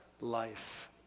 life